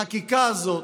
החקיקה הזאת,